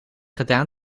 gedaan